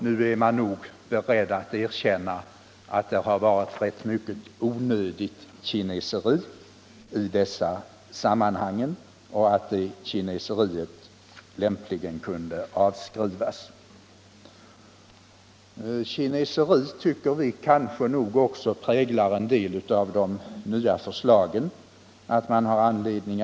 Nu är man nog beredd att erkänna att det varit rätt mycket onödigt kineseri i dessa sammanhang och att det kineseriet lämpligen bör kunna avskrivas. Vi tycker att också en del av de nya förslagen präglas av kineseri.